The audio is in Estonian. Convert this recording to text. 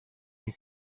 ning